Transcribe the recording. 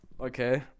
Okay